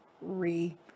re